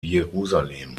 jerusalem